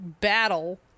Battle